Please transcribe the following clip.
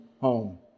home